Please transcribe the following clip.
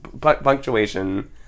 punctuation